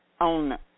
on